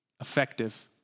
effective